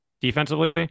defensively